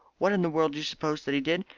what in the world do you suppose that he did?